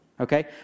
Okay